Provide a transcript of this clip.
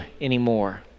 anymore